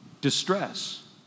distress